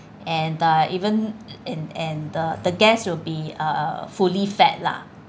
and uh even and and the the guests will be uh fully fed lah